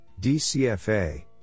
DCFA